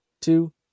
two